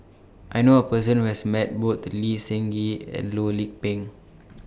I knew A Person Who has Met Both Lee Seng Gee and Loh Lik Peng